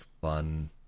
fun